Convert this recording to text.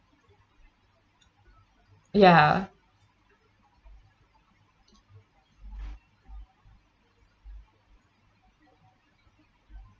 ya